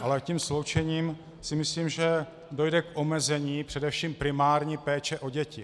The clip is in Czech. Ale tím sloučením myslím, že dojde k omezení především primární péče o děti.